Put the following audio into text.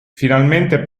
finalmente